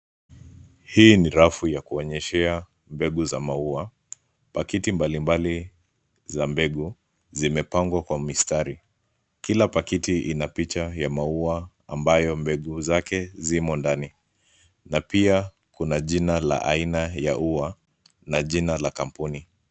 Hii ni rafu ya kuonyeshea mbegu za maua. Pakiti mbalimbali za mbegu, zimepangwa kwa mistari. Kila pakiti ina picha ya maua ambayo mbegu zake zimo ndani, na pia kuna jina la aina ya ua, na jina la kampuni.